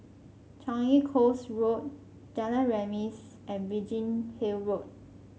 Changi Coast Road Jalan Remis and Biggin Hill Road